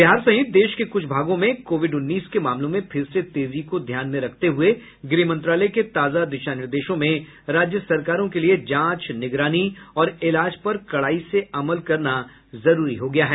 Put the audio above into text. बिहार सहित देश के कुछ भागों में कोविड उन्नीस के मामलों में फिर से तेजी को ध्यान में रखते हुए गृह मंत्रालय के ताजा दिशा निर्देशों में राज्य सरकारों के लिए जांच निगरानी और इलाज पर कडाई से अमल करना जरूरी हो गया है